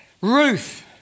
Ruth